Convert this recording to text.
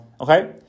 okay